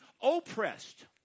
oppressed